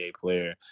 player